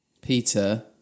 peter